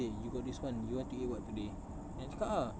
okay you got this [one] you want to eat what today then I cakap ah